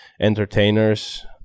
entertainers